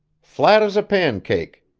flat as a pancake,